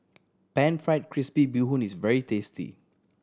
Pan Fried Crispy Bee Hoon is very tasty